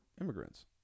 immigrants